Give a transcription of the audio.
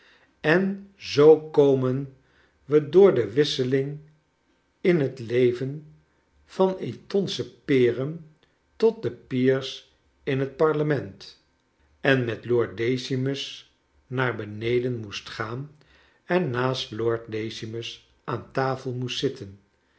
en zoo komen we door de wisselingen in het leven van etonsche peren tot de peers in het parlement en met lord t ecirnus naar beneden moest gaan en naast lord decimus aan tafel moest zitten